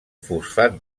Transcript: fosfat